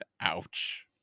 Ouch